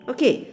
Okay